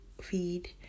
feed